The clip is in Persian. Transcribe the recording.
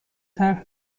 طرح